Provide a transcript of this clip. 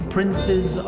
Princes